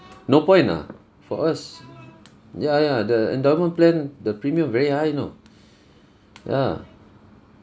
no point lah for us ya ya the endowment plan the premium very high you know ya